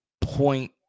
point